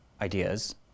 ideas